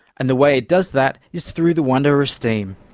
and the way it does that is through the wonder of steam.